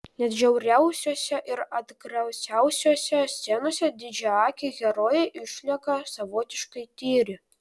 net žiauriausiose ir atgrasiausiose scenose didžiaakiai herojai išlieka savotiškai tyri